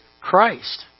Christ